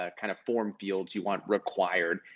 ah kind of form fields you want required,